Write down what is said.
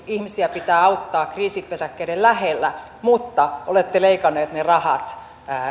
ihmisiä pitää auttaa kriisipesäkkeiden lähellä mutta olette leikanneet ne rahat